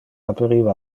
aperiva